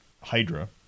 Hydra